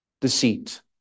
deceit